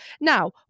now